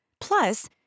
Plus